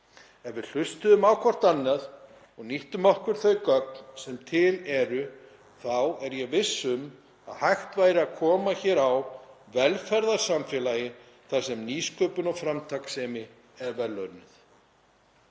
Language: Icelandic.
Ef við hlustuðum á hvert annað og nýttum okkur þau gögn sem til eru þá er ég viss um að hægt væri að koma hér á velferðarsamfélagi þar sem nýsköpun og framtakssemi er verðlaunuð.